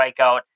strikeout